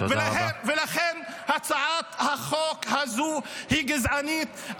ולכן הצעת החוק הזו היא גזענית.